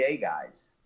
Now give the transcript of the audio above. guys